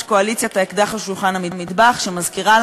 מספיק לציין את האירוע בדיזנגוף שבו המחבל נשאת מלחם לקח נשק,